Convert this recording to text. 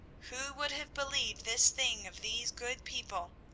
who would have believed this thing of these good people?